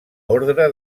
ordre